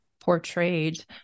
portrayed